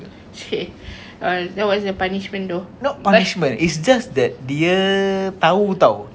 !chey! that was a punishment though